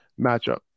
matchup